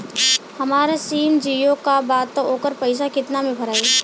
हमार सिम जीओ का बा त ओकर पैसा कितना मे भराई?